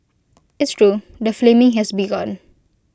it's true the flaming has begun